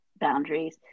boundaries